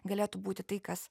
galėtų būti tai kas